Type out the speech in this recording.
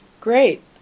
Great